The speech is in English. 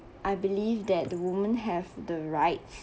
I believe that the women have the rights